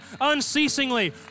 unceasingly